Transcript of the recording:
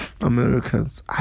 Americans